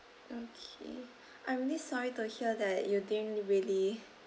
okay I'm really sorry to hear that you didn't really